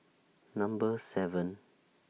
Number seven